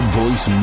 voice